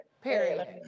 Period